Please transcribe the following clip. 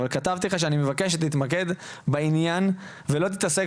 אבל כתבתי לך שאני מבקש שתתמקד בעניין ולא תתעסק